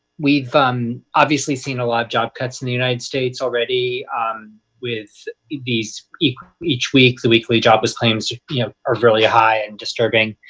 we've um obviously seen a lot of job cuts in the united states already with these each each week the weekly jobless claims are really high and disturbing.